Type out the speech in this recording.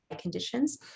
conditions